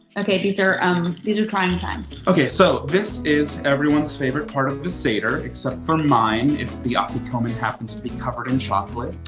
okay, these are um these are trying times. so, this is everyone's favorite part of the seder except from mine. if the afikoman happens to be covered in chocolate.